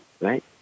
right